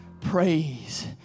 Praise